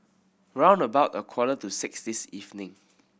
round about a quarter to six this evening